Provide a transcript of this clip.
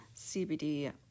CBD